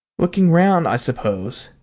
looking round, i suppose,